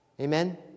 Amen